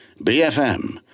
BFM